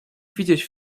widzieć